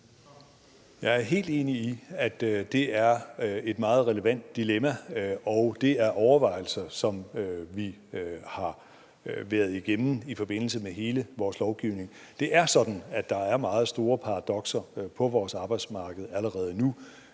Jeg er helt enig i, at det er et meget relevant dilemma, og det er overvejelser, som vi har været igennem i forbindelse med hele vores lovgivning. Det er sådan, at der er meget store paradokser på vores arbejdsmarked allerede nu.